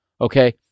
Okay